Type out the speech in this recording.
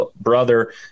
brother